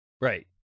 Right